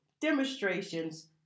demonstrations